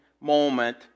moment